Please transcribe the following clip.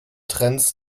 trends